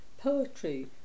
poetry